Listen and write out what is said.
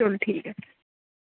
चलो ठीक ऐ